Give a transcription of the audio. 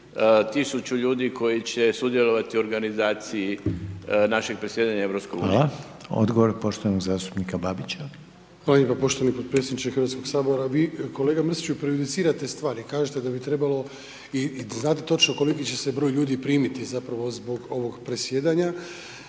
1.000 ljudi koji će sudjelovati u organizaciji našeg predsjedanja EU. **Reiner, Željko (HDZ)** Hvala. Odgovor poštovanog zastupnika Babića. **Babić, Ante (HDZ)** Hvala lijepa poštovani podpredsjedniče Hrvatskog sabora, vi kolega Mrsiću prejudicirate stvari kažete da bi trebalo i znate točno koliki će se broj ljudi primiti zapravo zbog ovog predsjedanja,